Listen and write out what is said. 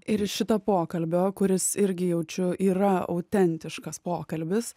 ir iš šito pokalbio kuris irgi jaučiu yra autentiškas pokalbis